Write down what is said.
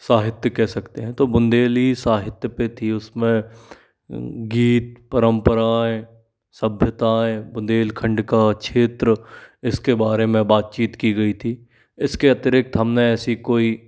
साहित्य कह सकते हैं तो बुन्देली साहित्य पे थी उसमें गीत परम्पराएँ सभ्यताएँ बुन्देलखंड का क्षेत्र इसके बारे में बातचीत की गई थी इसके अतिरिक्त हमने ऐसी कोई